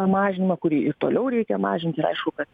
mažinimą kurį ir toliau reikia mažint ir aišku kad